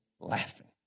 laughing